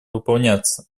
выполняться